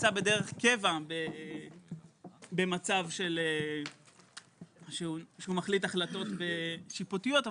נמצא בדרך קבע במצב שהוא מחליט החלטות שיפוטיות.